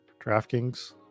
DraftKings